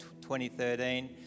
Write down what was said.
2013